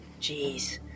Jeez